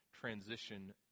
transition